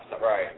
Right